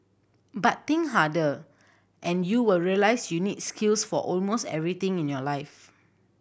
but think harder and you will realise you need skills for almost everything in your life